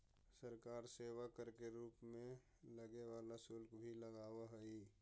सरकार सेवा कर के रूप में लगे वाला शुल्क भी लगावऽ हई